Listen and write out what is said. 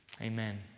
Amen